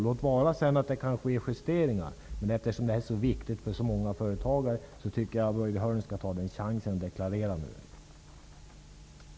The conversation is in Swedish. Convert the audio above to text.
Låt vara att justeringar kan göras, men eftersom denna fråga är så viktig för många företagare, tycker jag att Börje Hörnlund nu skall ta chansen att deklarera regeringens inställning.